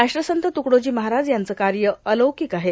राष्ट्रसंत त्कडोजी महाराज यांचे कार्य अलौकिक आहे